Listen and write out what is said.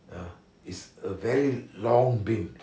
uh is a very long beam